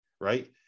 right